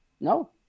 no